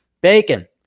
bacon